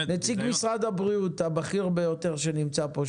נציג משרד הבריאות הבכיר ביותר שנמצא פה,